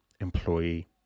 employee